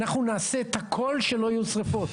אנחנו נעשה את הכול שלא יהיו שרפות.